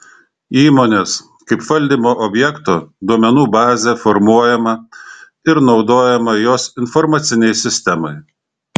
įmonės kaip valdymo objekto duomenų bazė formuojama ir naudojama jos informacinei sistemai